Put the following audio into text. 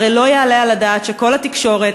הרי לא יעלה על הדעת שכל התקשורת,